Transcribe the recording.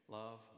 love